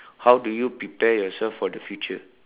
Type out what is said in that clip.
how do you prepare yourself for the future